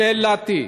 שאלתי: